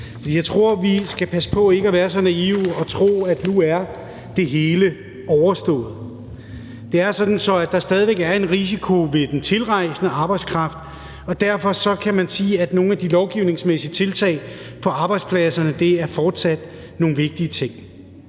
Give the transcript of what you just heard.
jeg tror, at vi skal passe på med ikke at være så naive at tro, at nu er det hele overstået. Det er sådan, at der stadig væk er en risiko ved den tilrejsende arbejdskraft, og derfor er nogle af de lovgivningsmæssige tiltag på arbejdspladserne fortsat vigtige.